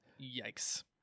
Yikes